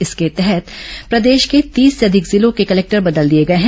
इसके तहत प्रदेश को बीस से अधिक जिलों के कलेक्टर बदल दिए गए हैं